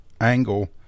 angle